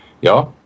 ja